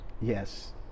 yes